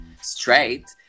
straight